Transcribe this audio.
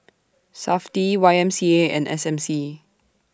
Safti Y M C A and S M C